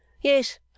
Yes